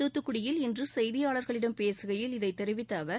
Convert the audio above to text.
தூத்துக்குடியில் இன்று செய்தியாளர்களிடம் பேசுகையில் இதை தெரிவித்த அவர்